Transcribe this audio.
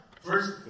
First